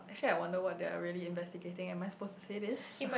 actually I wonder what they are really investigating am I supposed to say this